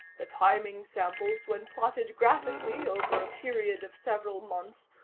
the timing samples, when plotted graphically over a period of several months,